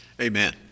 Amen